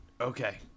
Okay